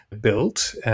built